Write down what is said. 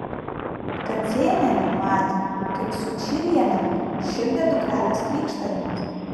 kacėnienė matė kaip sučylienę šildė dukrelės krykštavimas